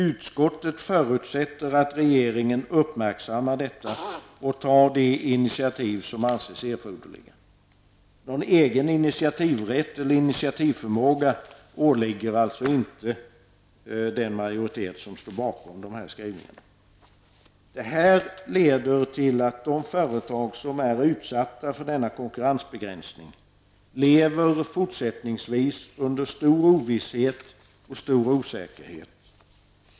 Utskottet förutsätter att regeringen uppmärksammar detta och tar de initiativ som anses erforderliga.'' Någon egen initiativrätt eller initiativförmåga har alltså inte den majoritet som står bakom dessa skrivningar. Detta leder till att de företag som är utsatta för denna konkurrensbegränsning, fortsättningsvis lever under stor ovisshet och stor osäkerhet.